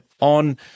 on